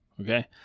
okay